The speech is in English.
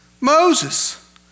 Moses